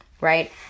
right